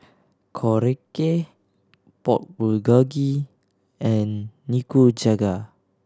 Korokke Pork Bulgogi and Nikujaga